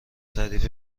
تعریف